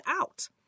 out